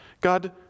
God